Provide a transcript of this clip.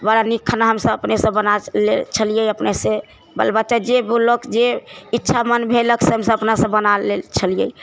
बड़ा नीक खाना हमसब अपनेसँ बना लै छलिए हमसब अपनेसँ बालबच्चा जे बोललक जे इच्छा मन भेलक से अपनेसँ बना लै छलिए